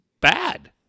bad